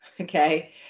Okay